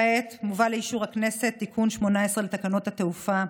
כעת מובא לאישור הכנסת תיקון 18 לתקנות התעופה.